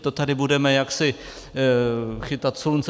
To tady budeme jaksi chytat slunce?